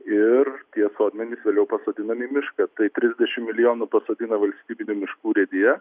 ir tie sodmenys vėliau pasodinami į mišką tai trisdešimt milijonų pasodina valstybinių miškų urėdija